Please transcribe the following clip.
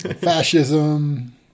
Fascism